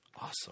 Awesome